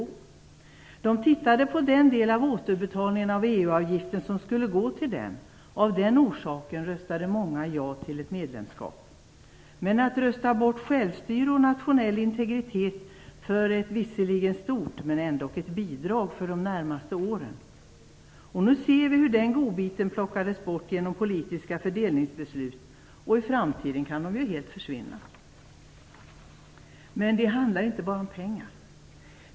Jo, de tittade på den del av återbetalningen av EU-avgiften som skulle gå till dem, och av den anledningen röstade många ja till medlemskap. Men att rösta bort självstyre och nationell integritet för ett, visserligen stort, men ändock bidrag för de närmaste åren! Och nu ser vi hur den godbiten plockades bort genom politiska fördelningsbeslut, och i framtiden kan ju bidragen helt försvinna. Men det handlar inte bara om pengar.